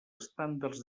estàndards